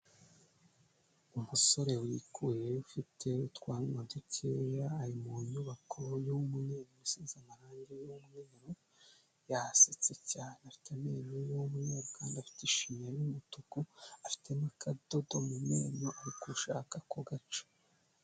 Umusore wikuye ufite utwanwa dukeya ari mu nyubako y'umunyemisozi ifite amarangi y'umweru, yasetse cyane afite amenyo w'umweru, kandi afite n'ishinya y'umutuku afitemo akadodo mu menyo ari gushaka kugaca.